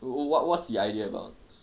wh~ wh~ what's the idea about